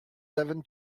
seven